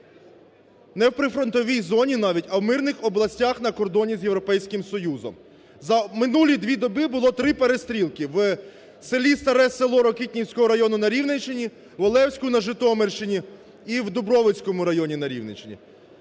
не в прифронтовій зоні навіть, а в мирних областях на кордоні з Європейським Союзом. За минулі дві доби було три перестрілки в селі Старе село Ракитницького району на Рівненщині, в Олевську – на Житомирщині і в Дубровицькому районі на Рівненщині.